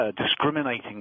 discriminating